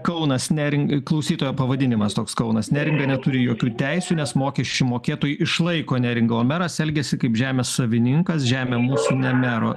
kaunas nering klausytojo pavadinimas toks kaunas neringa neturi jokių teisių nes mokesčių mokėtojai išlaiko neringą o meras elgiasi kaip žemės savininkas žemę mūsų mero